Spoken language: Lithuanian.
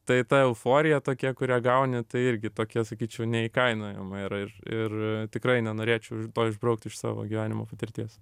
tai ta euforija tokia kurią gauni tai irgi tokia sakyčiau neįkainojama yra ir ir tikrai nenorėčiau to išbraukti iš savo gyvenimo patirties